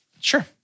Sure